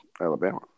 Alabama